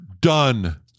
done